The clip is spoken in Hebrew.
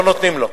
לא נותנים לו.